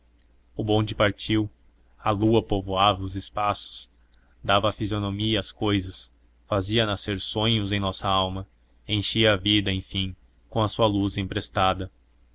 o bonde partiu a lua povoava os espaços dava fisionomia às cousas fazia nascer sonhos em nossa alma enchia a vida enfim com a sua luz emprestada